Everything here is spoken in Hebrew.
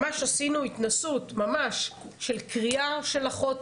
ממש עשינו התנסות של קריאה של אחות